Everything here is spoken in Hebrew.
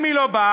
אם היא לא באה,